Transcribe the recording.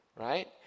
right